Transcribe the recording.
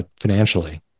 financially